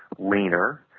leaner,